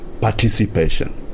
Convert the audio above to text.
participation